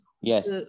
Yes